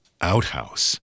outhouse